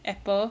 apple